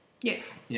yes